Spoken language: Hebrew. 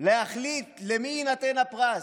להחליט למי יינתן הפרס,